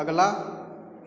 अगला